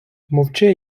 мовчи